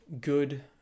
good